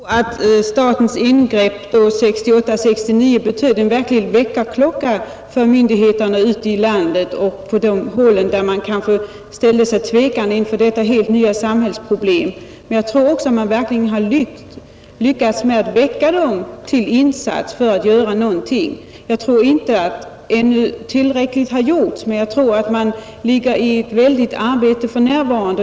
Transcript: Fru talman! Jag tror att statens ingripande 1968-1969 betydde en väckarklocka för myndigheterna ute i landet och på de håll där man kanske ställde sig tvekande till detta helt nya samhällsproblem. Jag tror att man verkligen har lyckats väcka dem till insikt om att de måste göra någonting. Jag tror inte att tillräckligt har gjorts ännu, men man lägger för närvarande ner ett mycket stort arbete på detta problem.